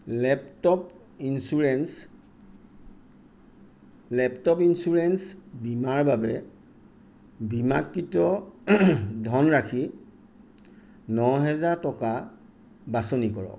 laptop insurance laptop insurance বীমাৰ বাবে বীমাকৃত ধনৰাশি ন হেজাৰ টকা বাছনি কৰক